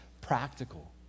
practical